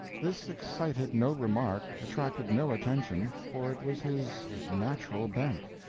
this excited no remark, attracted no attention for it was his natural bent.